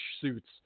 suits